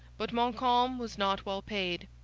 but montcalm was not well paid.